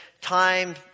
time